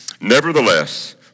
Nevertheless